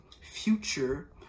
future